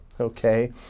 okay